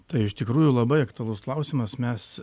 tai iš tikrųjų labai aktualus klausimas mes